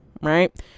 right